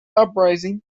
uprising